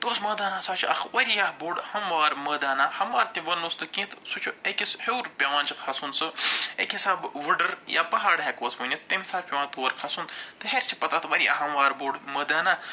توسہٕ مٲدان ہَسا چھُ اکھ وارِیاہ بوٚڈ ہموار مٲدانا ہموار تہِ وَنوس نہٕ کیٚنٛہہ تہٕ سُہ چھُ أکِس ہیوٚر پٮ۪وان کھَسُن سُہ اَکہِ حِساب وُڈٕر یا پہاڑ ہٮ۪کوس ؤنِتھ تَمہِ ساتہٕ پٮ۪وان تور کھَسُن تہٕ ہیٚرِ چھِ پتہٕ اَتھ وارِیاہ ہموار بوٚڈ مٲدانا